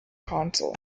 console